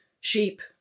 Sheep